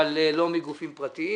אבל לא מגופים פרטיים.